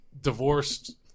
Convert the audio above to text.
divorced